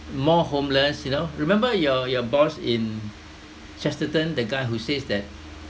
more homeless you know remember your your boss in chesterton the guy who says that